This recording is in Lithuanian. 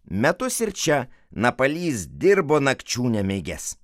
metus ir čia napalys dirbo nakčių nemigęs